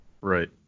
Right